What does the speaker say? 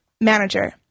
manager